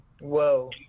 Whoa